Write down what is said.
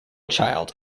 child